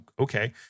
Okay